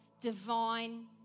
divine